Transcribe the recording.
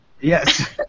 Yes